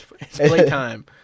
playtime